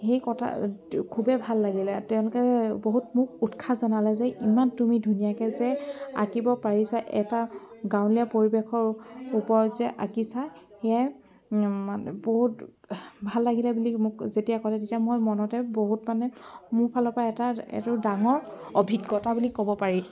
সেই কথা খুবেই ভাল লাগিল তেওঁলোকে বহুত মোক উৎসাহ জনালে যে ইমান তুমি ধুনীয়াকৈ যে আঁকিব পাৰিছা এটা গাঁৱলীয়া পৰিৱেশৰ ওফৰত যে আঁকিছা সেয়াই বহুত ভাল লাগিলে বুলি মোক যেতিয়া ক'লে তেতিয়া মই মনতে বহুত মানে মোৰ ফালৰপৰা এটা এইটো ডাঙৰ অভিজ্ঞতা বুলি ক'ব পাৰি